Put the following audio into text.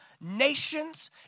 nations